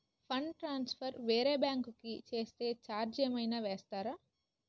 Fund transfer వేరే bank కి చేస్తే ఛార్జ్ ఏమైనా వేస్తారా?